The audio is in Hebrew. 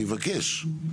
אני מבקש.